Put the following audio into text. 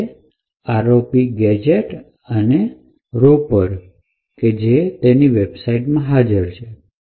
જેમ કે ROP gadget અને Rooper કે જે તેની વેબસાઇટ માં હાજર છે